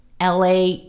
LA